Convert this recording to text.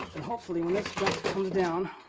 hopefully, when duct comes down